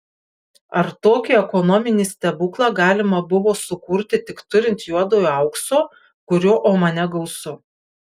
ar tokį ekonominį stebuklą galima buvo sukurti tik turint juodojo aukso kurio omane gausu